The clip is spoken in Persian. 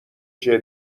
چیه